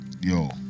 yo